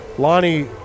Lonnie